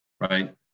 right